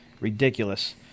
Ridiculous